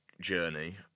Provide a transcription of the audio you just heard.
journey